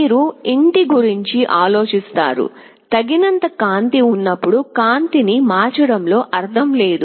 మీరు ఇంటి గురించి ఆలోచిస్తారు తగినంత కాంతి ఉన్నప్పుడు కాంతిని మార్చడంలో అర్థం లేదు